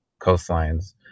coastlines